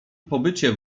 pobycie